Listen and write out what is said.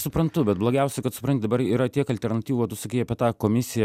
suprantu bet blogiausia kad supran dabar yra tiek alternatyvų o tu sakei apie tą komisiją